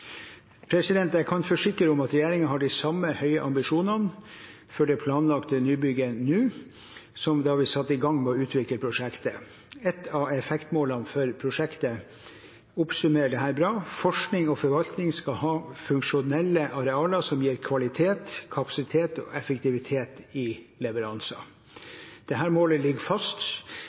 Jeg kan forsikre om at regjeringen har de samme høye ambisjonene for det planlagte nybygget nå som da vi satte i gang med å utvikle prosjektet. Et av effektmålene for prosjektet oppsummerer dette bra: Forskning og forvaltning skal ha funksjonelle arealer som gir kvalitet, kapasitet og effektivitet i leveranser. Dette målet ligger fast.